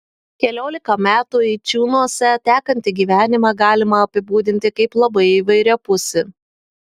keliolika metų eičiūnuose tekantį gyvenimą galima apibūdinti kaip labai įvairiapusį